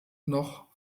noch